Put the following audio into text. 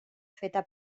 feta